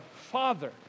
Father